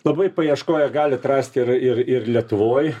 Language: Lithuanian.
labai paieškoję galit rasti ir ir ir lietuvoj